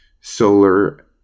solar